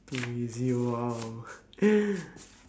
easy !wow!